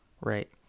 right